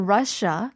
Russia